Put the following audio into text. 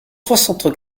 soixante